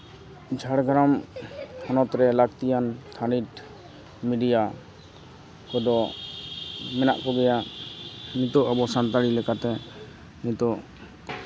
ᱡᱷᱟᱲᱜᱨᱟᱢ ᱦᱚᱱᱚᱛ ᱨᱮ ᱞᱟᱹᱠᱛᱤᱭᱟᱱ ᱛᱷᱟᱹᱱᱤᱛ ᱢᱤᱰᱤᱭᱟ ᱠᱚᱫᱚ ᱢᱮᱱᱟᱜ ᱠᱚᱜᱮᱭᱟ ᱱᱤᱛᱚᱜ ᱟᱵᱚ ᱥᱟᱱᱛᱟᱲᱤ ᱞᱮᱠᱟᱛᱮ ᱱᱤᱛᱚᱜ